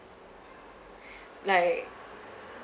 like